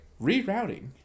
rerouting